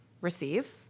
receive